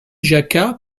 jacquat